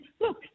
Look